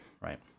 Right